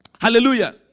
Hallelujah